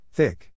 Thick